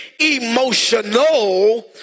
emotional